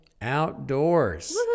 outdoors